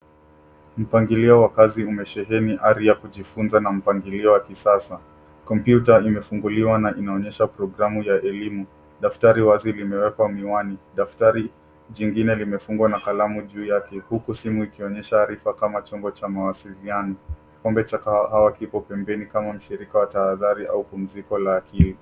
Mpangilio wa kazi umesheheni ari ya kujifunza na mpangilio wa kisasa. Kompyuta imefunguliwa na inaonyesha programu ya elimu, daftari wazi limewekwa miwani, daftari jingine limefungwa na kalamu juu yake, huku simu ikionyesha arifa kama chombo cha mawasiliano. Kikombe cha kahawa kipo pembeni kama mshirika wa tahadhari au upumziko la akili.